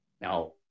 now